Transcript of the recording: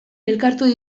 elkartuko